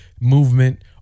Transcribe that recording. movement